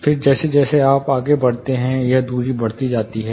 फिर जैसे जैसे आप आगे बढ़ते हैं यह दूरी बढ़ती जाती है